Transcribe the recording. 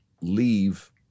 leave